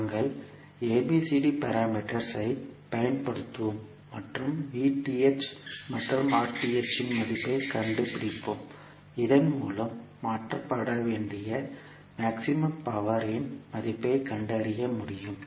நாங்கள் ABCD parameters ஐ பயன்படுத்துவோம் மற்றும் மற்றும் இன் மதிப்பைக் கண்டுபிடிப்போம் இதன் மூலம் மாற்றப்பட வேண்டிய மேக்ஸிமம் பவர் இன் மதிப்பைக் கண்டறிய முடியும்